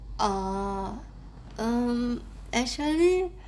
oh um actually